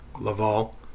Laval